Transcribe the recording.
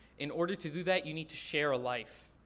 in order to do that you need to share a life.